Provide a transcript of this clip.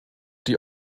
die